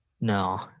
No